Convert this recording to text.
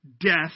death